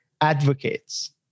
advocates